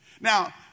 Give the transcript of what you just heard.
Now